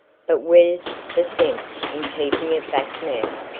but where's the sense in keepin' it back now?